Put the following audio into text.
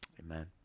Amen